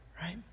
right